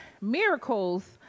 miracles